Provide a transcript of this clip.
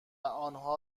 آنها